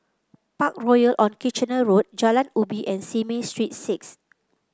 Parkroyal on Kitchener Road Jalan Ubi and Simei Street Six